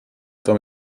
tam